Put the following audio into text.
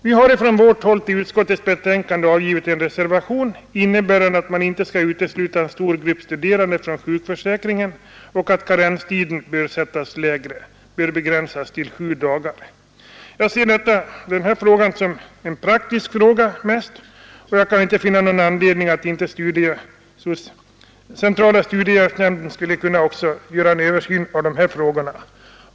Vi har till utskottets betänkande avgivit en reservation innebärande att man inte skall utesluta en stor grupp studerande från sjukförsäkringen och att karenstiden bör begränsas till 7 dagar. Jag ser detta mest som en praktisk fråga och kan inte finna någon anledning till att centrala studiehjälpsnämnden inte skulle kunna göra en översyn också av den.